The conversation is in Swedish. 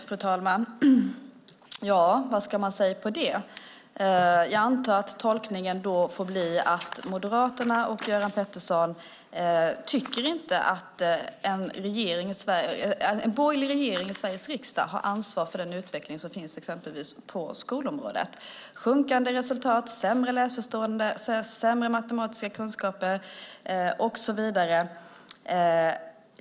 Fru talman! Tolkningen får bli att Moderaterna och Göran Pettersson inte tycker att en borgerlig regering i Sverige har ansvar för utvecklingen på exempelvis skolområdet. Vi ser sjunkande resultat, sämre läsförståelse, sämre matematiska kunskaper och så vidare.